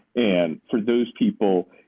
and for those people.